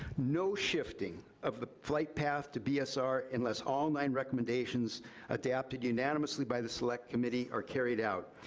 no shifting of the flight path to bsr unless all nine recommendations adopted unanimously by the select committee are carried out.